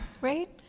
right